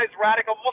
radical